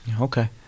Okay